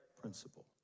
principle